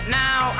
now